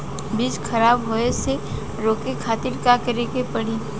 बीज खराब होए से रोके खातिर का करे के पड़ी?